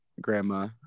grandma